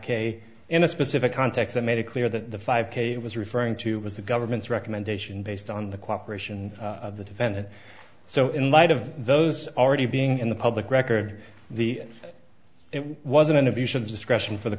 k in a specific context that made it clear that the five k it was referring to was the government's recommendation based on the cooperation of the defendant so in light of those already being in the public record the it was an abuse of discretion for the